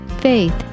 faith